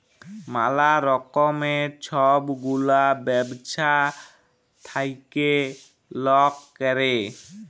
ম্যালা রকমের ছব গুলা ব্যবছা থ্যাইকে লক ক্যরে